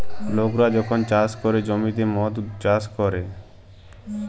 লকরা যখল চাষ ক্যরে জ্যমিতে মদ চাষ ক্যরে